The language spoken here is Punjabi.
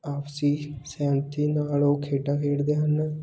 ਆਪਸੀ ਸਹਿਮਤੀ ਨਾਲ ਉਹ ਖੇਡਾਂ ਖੇਡਦੇ ਹਨ